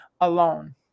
alone